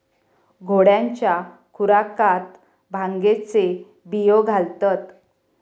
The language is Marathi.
घोड्यांच्या खुराकात भांगेचे बियो घालतत